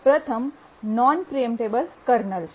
પ્રથમ non preemptible kernel છે